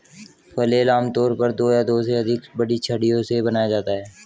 flail आमतौर पर दो या दो से अधिक बड़ी छड़ियों से बनाया जाता है